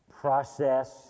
process